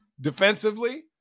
defensively